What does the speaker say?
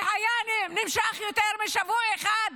-- זה היה נמשך יותר משבוע אחד?